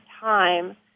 time